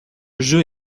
jeu